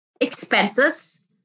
expenses